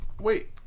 Wait